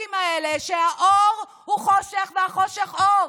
המנדטים האלה שהאור הוא חושך והחושך, אור,